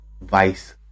vice